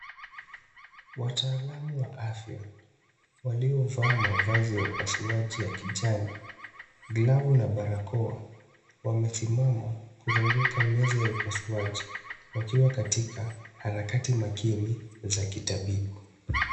Wataalamu wa afya waliovaa mavazi ya upasuaji ya kijani, glavu na barakoa, wamesimama kuzunguka meza ya upasuaji wakiwa katika harakati maakini za kitabibu.